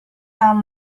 own